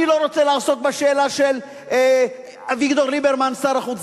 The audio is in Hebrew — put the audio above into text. אני לא רוצה לעסוק בשאלה של אביגדור ליברמן שר החוץ,